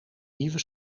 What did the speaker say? nieuwe